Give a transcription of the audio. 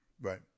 Right